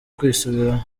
kwisubiraho